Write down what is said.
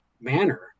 manner